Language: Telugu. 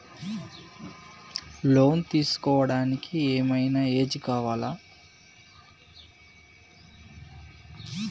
లోన్ తీస్కోవడానికి ఏం ఐనా ఏజ్ కావాలా?